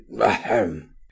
ahem